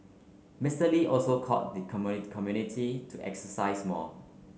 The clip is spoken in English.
Mister Lee also called the community to exercise more